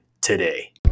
today